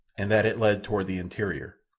and that it led toward the interior.